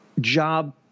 job